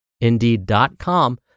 Indeed.com